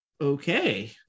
Okay